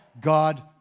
God